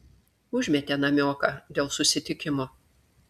užmetė namioką dėl susitikimo